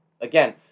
again